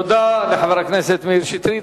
תודה לחבר הכנסת מאיר שטרית.